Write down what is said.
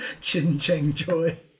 Chin-Cheng-Joy